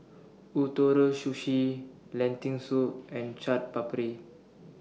Ootoro Sushi Lentil Soup and Chaat Papri